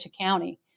County